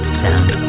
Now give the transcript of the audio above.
sound